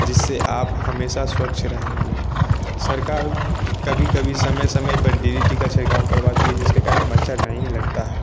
जिससे आप हमेशा स्वच्छ रहेंगे सरकार कभी कभी समय समय पर डी डी टी का छिड़काव करवाती है जिसके कारण मच्छर नहीं लगता है